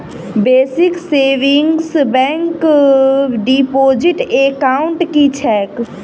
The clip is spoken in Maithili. Basic savings bank deposit account की छैक?